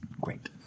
Great